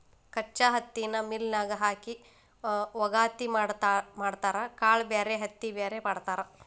ಕಚ್ಚಾ ಹತ್ತಿನ ಮಿಲ್ ನ್ಯಾಗ ಹಾಕಿ ವಗಾತಿ ಮಾಡತಾರ ಕಾಳ ಬ್ಯಾರೆ ಹತ್ತಿ ಬ್ಯಾರೆ ಮಾಡ್ತಾರ